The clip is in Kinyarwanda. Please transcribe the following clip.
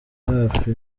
hafi